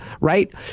right